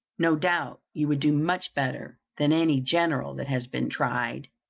no doubt you would do much better than any general that has been tried.